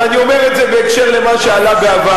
ואני אומר את זה בהקשר של מה שעלה בעבר,